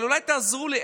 אבל אולי תעזרו לי,